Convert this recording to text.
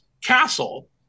castle